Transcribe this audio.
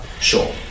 Sure